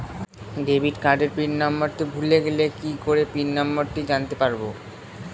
Debit কার্ডের pin number ভুলে গেলে কি করে পিন নম্বরটি জানতে পারবো?